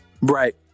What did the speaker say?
Right